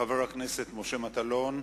חבר הכנסת משה מטלון,